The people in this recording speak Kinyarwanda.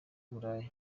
uburaya